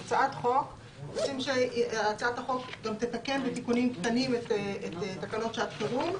הצעת החוק גם תתקן בתיקונים קטנים את תקנות שעת חירום.